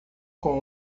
com